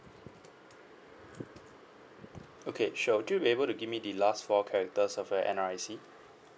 okay sure would you be able to give me the last four characters of your N_R_I_C